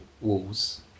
walls